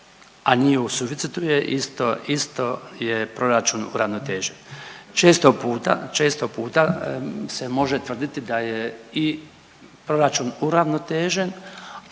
a nije u suficitu je isto, isto je proračun uravnotežen. Često puta, često puta se može tvrditi da je i proračun uravnotežen